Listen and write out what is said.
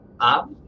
Up